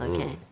Okay